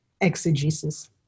exegesis